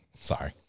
Sorry